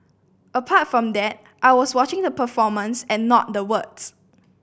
apart from that I was watching the performance and not the words